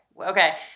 okay